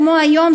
כמו היום,